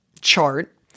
chart